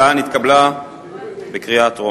זאביק, תאמין לי, אני מציע שתציע הצעה שנהיה בעד,